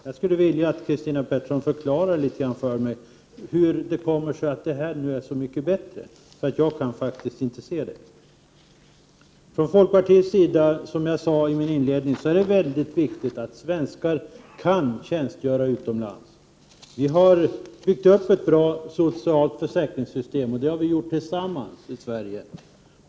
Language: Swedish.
Jag skulle vilja att Christina Pettersson förklarade litet grand för mig hur det kommer sig att det är så mycket bättre, för jag kan faktiskt inte se det. Från folkpartiets sida ser vi det, som jag sade i mitt inledningsanförande, som väldigt viktigt att svenskar kan tjänstgöra utomlands. Vi har tillsammans byggt upp ett bra socialt försäkringssystem i Sverige.